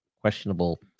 questionable